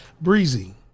Breezy